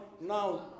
now